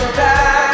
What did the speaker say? back